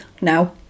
now